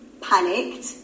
panicked